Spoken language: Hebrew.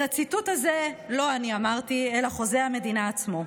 את הציטוט הזה לא אני אמרתי אלא חוזה המדינה עצמו.